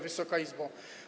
Wysoka Izbo!